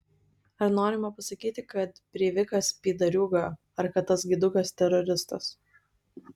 ar norima pasakyti kad breivikas pydariūga ar kad tas gaidukas teroristas